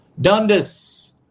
Dundas